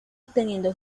obteniendo